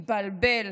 הוא מתבלבל.